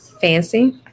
Fancy